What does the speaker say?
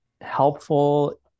helpful